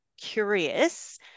curious